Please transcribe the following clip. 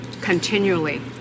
continually